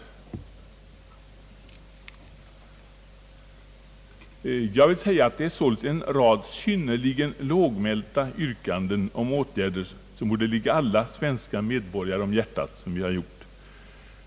Jag vill säga, att det således är fråga om en rad synnerligen lågmälda yrkanden om åtgärder som borde ligga alla svenska medborgare varmt om hjärtat.